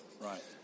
Right